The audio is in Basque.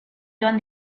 joan